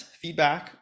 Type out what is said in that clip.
feedback